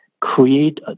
create